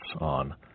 on